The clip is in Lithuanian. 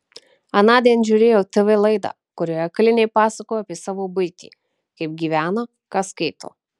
anądien žiūrėjau tv laidą kurioje kaliniai pasakojo apie savo buitį kaip gyvena ką skaito